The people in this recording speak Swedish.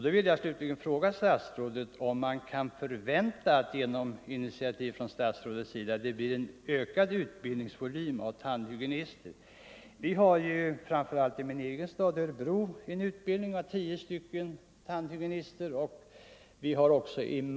Jag vill därför till slut fråga statsrådet om man kan förvänta att genom initiativ från statsrådet utbildningsvolymen vad gäller tandvårdshygienister kommer att öka. I min hemstad Örebro utbildas årligen 10 tandvårdshygienister och i Malmö 16.